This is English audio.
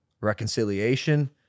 reconciliation